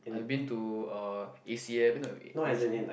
I been to uh Ase~ I been to Asian